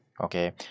Okay